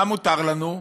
מה מותר לנו?